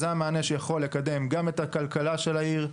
זה המענה שיכול לקדם גם את הכלכלה של העיר,